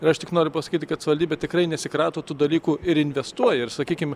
ir aš tik noriu pasakyti kad savivaldybė tikrai nesikrato tų dalykų ir investuoja ir sakykim